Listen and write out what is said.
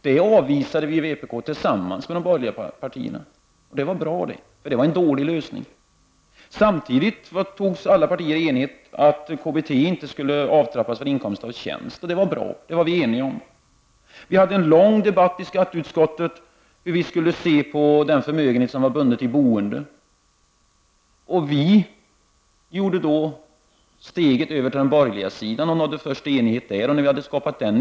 Detta avvisade vi från vpk tillsammans med de borgerliga partierna, och det var bra eftersom det gällde en dålig lösning. Samtidigt beslutade alla partier enigt att KBT inte skulle avtrappas för inkomst av tjänst. Också det var ett bra beslut. Vi hade en lång debatt i skatteutskottet om hur man skall se på den förmögenhet som är bunden i boende. Vi tog då steget över till den borgerliga sidan och skapade först enighet med den.